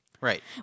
Right